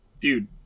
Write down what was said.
dude